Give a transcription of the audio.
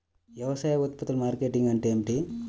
వ్యవసాయ ఉత్పత్తుల మార్కెటింగ్ అంటే ఏమిటి?